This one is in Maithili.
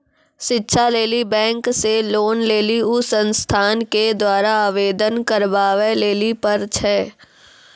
शिक्षा लेली बैंक से लोन लेली उ संस्थान के द्वारा आवेदन करबाबै लेली पर छै?